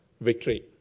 victory